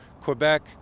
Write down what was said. Quebec